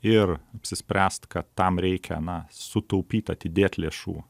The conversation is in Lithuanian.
ir apsispręst kad tam reikia na sutaupyt atidėt lėšų